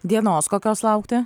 dienos kokios laukti